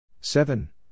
Seven